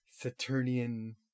Saturnian